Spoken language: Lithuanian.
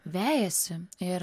vejasi ir